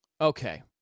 Okay